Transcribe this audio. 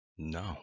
No